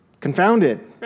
confounded